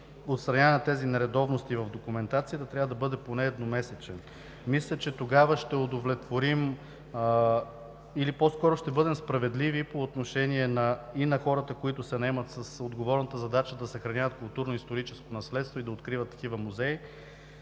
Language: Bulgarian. отстраняване на тези нередовности в документацията трябва да бъде поне едномесечен. Мисля, че тогава ще удовлетворим, или по-скоро ще бъдем справедливи по отношение и на хората, които се наемат с отговорната задача да съхраняват културно-историческо наследство и да откриват такива музеи.